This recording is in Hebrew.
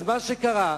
מה שקרה,